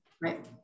right